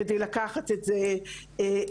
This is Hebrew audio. כדי לקחת את זה הלאה,